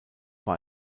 war